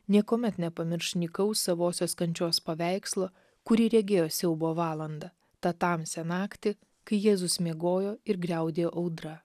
niekuomet nepamirš nykaus savosios kančios paveikslo kurį regėjo siaubo valandą tą tamsią naktį kai jėzus miegojo ir griaudėjo audra